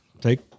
take